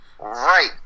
Right